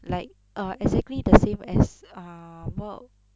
like uh exactly the same as um what